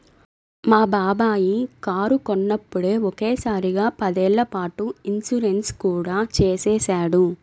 మా బాబాయి కారు కొన్నప్పుడే ఒకే సారిగా పదేళ్ళ పాటు ఇన్సూరెన్సు కూడా చేసేశాడు